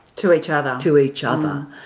to each other. to each other.